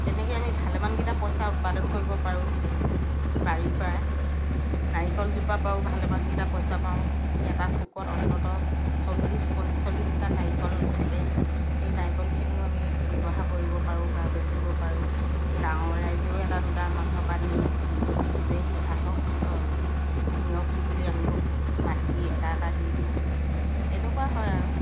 তেনেকৈ আমি ভালেমানকেইটা পইচা উৎপাদন কৰিব পাৰোঁ বাৰীৰ পৰা নাৰিকলজোপাৰ পৰাও ভালেমানকেইটা পইচা পাওঁ এটা থোকত অন্ততঃ চল্লিছ পঞ্চল্লিছটা নাৰিকল থাকে সেই নাৰিকলখিনিও আমি ব্যৱহাৰ কৰিব পাৰোঁ বা বেচিব পাৰোঁ গাঁৱৰ ৰাইজেও এটা দুটা আমাৰ ঘৰৰ পৰা নিয়ে বিহুত খোজেহি আহক আৰু নিয়কহি বুলি আমিও মাতি এটা এটা দি দিওঁ তেনেকুৱা হয় আৰু